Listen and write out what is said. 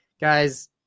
guys